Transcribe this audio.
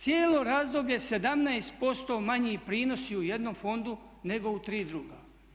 Cijelo razdoblje 17% manji prinosi u jednom fondu nego u tri druga.